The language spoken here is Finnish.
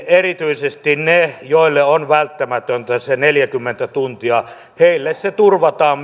erityisesti niille joille se on välttämätöntä se neljäkymmentä tuntia turvataan